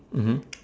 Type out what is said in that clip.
mmhmm